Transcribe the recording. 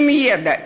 עם ידע,